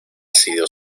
sido